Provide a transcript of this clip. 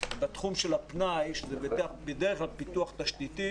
בתחום של הפנאי שזה בדרך כלל פיתוח תשתיתי,